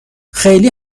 خیلی